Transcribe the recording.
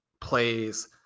plays